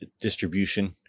distribution